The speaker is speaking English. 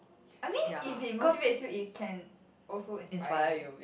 I mean if it motivates you it can also inspire you